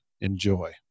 Enjoy